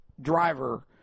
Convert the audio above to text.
Driver